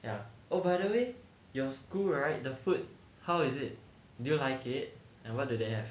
ya oh by the way your school right the food how is it do you like it and what do they have